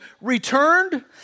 returned